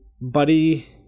Buddy